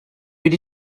wedi